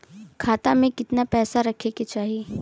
खाता में कितना पैसा रहे के चाही?